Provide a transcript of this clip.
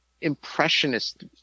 impressionist